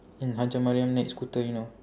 and hajjah mariam naik scooter you know